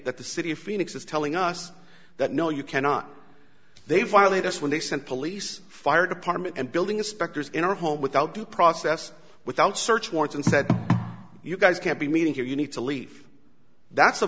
that the city of phoenix is telling us that no you cannot they violate us when they send police fire department and building inspectors in our home without due process without search warrants and said you guys can't be meeting here you need to leave that's a